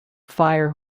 fire